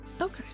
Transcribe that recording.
okay